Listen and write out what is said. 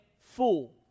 fool